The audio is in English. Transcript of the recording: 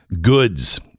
goods